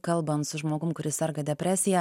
kalbant su žmogum kuris serga depresija